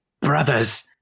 brothers